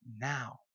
now